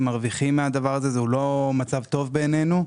מרוויחים מזה הוא לא מצב טוב בעינינו.